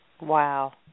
Wow